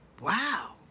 wow